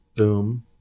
boom